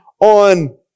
on